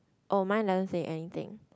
oh mine doesn't say anything